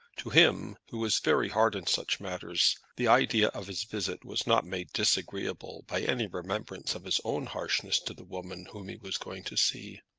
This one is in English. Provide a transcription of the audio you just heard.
to him, who was very hard in such matters, the idea of his visit was not made disagreeable by any remembrance of his own harshness to the woman whom he was going to see.